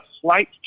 slight